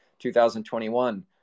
2021